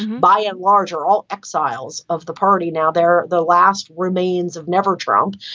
by and large, are all exiles of the party now. they're the last remains of never trump.